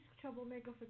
troublemaker